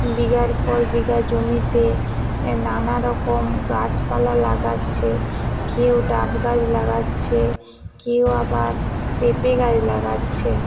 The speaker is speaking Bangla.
বিঘার পর বিঘা জমিতে নানা রকম গাছপালা লাগাচ্ছে কেউ ডাব গাছ লাগাচ্ছে কেউ আবার পেঁপে গাছ লাগাচ্ছে